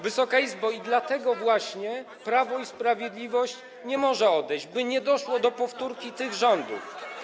Wysoka Izbo, dlatego Prawo i Sprawiedliwość nie może odejść, by nie doszło do powtórki tych rządów.